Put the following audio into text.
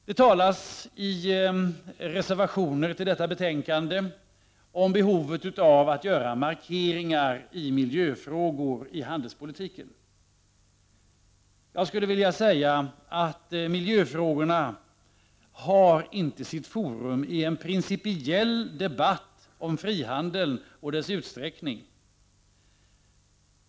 Det talas i reservationer till detta betänkande om behovet av att göra markeringar i miljöfrågor i handelspolitiken. Jag skulle vilja säga att miljöfrågorna inte har sitt forum i en principiell debatt om frihandel och dess utsträckning.